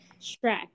Shrek